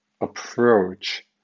approach